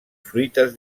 fruites